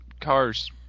cars